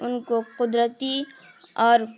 ان کو قدرتی اور